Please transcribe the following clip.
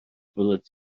byddet